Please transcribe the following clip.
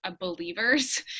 believers